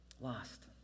Lost